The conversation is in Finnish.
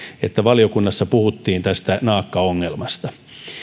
että valiokunnassa puhuttiin tästä naakkaongelmasta